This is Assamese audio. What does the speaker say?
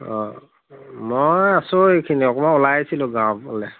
অঁ মই আছোঁ এইখিনি অকণমান ওলাই আহিছিলোঁ গাঁৱৰ ফালে